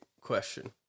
question